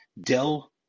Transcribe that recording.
Dell